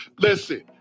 listen